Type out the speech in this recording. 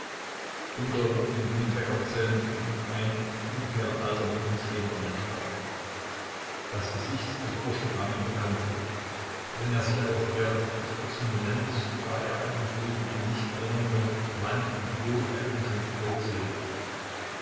unter den jungen bäckergesellen fiel ihm ein im ungefähren alter mit ihm stehender mensch auf das gesicht des burschen kam ihm bekannt vor wenn er sich auch während des kurzen momentes da er an ihm vorüberging nicht erinnern konnte wann und wo er ihn schon früher gesehen hatte